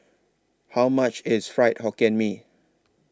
How much IS Fried Hokkien Mee